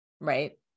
Right